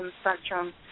spectrum